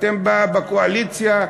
אתם בקואליציה,